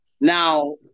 Now